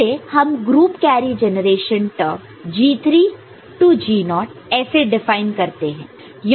इसे हम group carry generation term G3 G0 ऐसे डिफाइन करते हैं